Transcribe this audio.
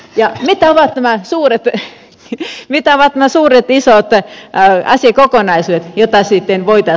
ja mitä ovat nämä suuret isot asiakokonaisuudet jotka sitten voitaisiin ottaa käsittelyyn